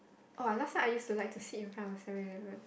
oh last time I used to like to sit in front of Seven Eleven